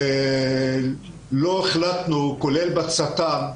אנחנו לא החלטנו, כולל בצט"מ,